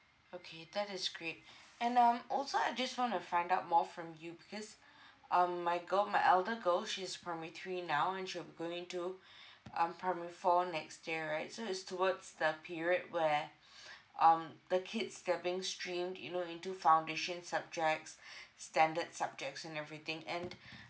okay that is great and um also I just want to find out more from you because um my girl my elder girl she's primary three now and she'll be going to um primary four next year right so it's towards the period where um the kids they're being streamed you know into foundation subjects standard subjects and everything and